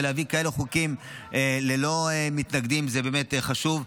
להביא כאלו חוקים, ללא מתנגדים, זה באמת חשוב.